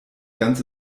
ganz